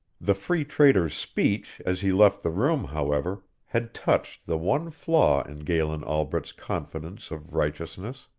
the free trader's speech as he left the room, however, had touched the one flaw in galen albret's confidence of righteousness.